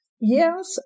yes